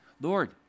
Lord